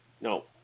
No